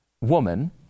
woman